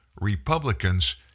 Republicans